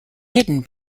hidden